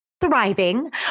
thriving